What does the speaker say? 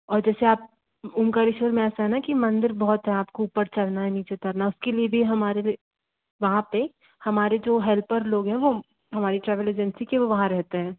और जैसे आप ओंकारेश्वर में ऐसा है ना कि मंदिर बहुत रात को ऊपर चढ़ना नीचे उतरना उसके लिए भी हमारे वहाँ पे हमारे जो हेल्पर लोग हैं वो हमारी ट्रैवल एजेंसी के वो वहाँ रहते हैं